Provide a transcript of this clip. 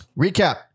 recap